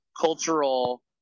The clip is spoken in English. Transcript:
cultural